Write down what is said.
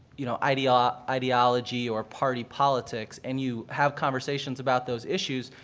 you know, ideology ideology or party politics and you have conversations about those issues,